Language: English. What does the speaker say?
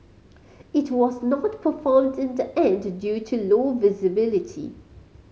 it was not performed in the end due to low visibility